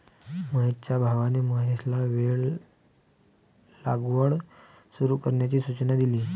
महेशच्या भावाने महेशला वेल लागवड सुरू करण्याची सूचना केली